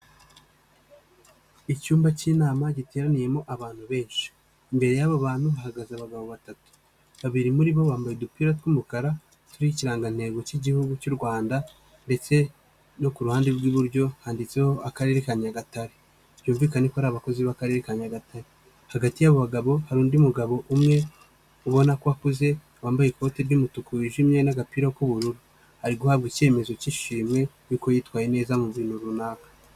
Icyumba cy'inama giteraniyemo abantu benshi, imbere y'aba bantu hahagaze abagabo batatu, babiri muri bo bambaye udupira tw'umukara turiho ikirangantego cy'igihugu cy'u Rwanda ndetse no ku ruhande rw'iburyo handitseho Akarere ka Nyagatare, byumvikane ko ari abakozi b'Akarere ka Nyagatare, hagati y'abagabo hari undi mugabo umwe ubona ko akuze wambaye ikoti ry'umutuku wijimye n'agapira k'ubururu ari guhabwa icyemezo cy'ishimwe cy'uko yitwaye neza mu bintu runaka.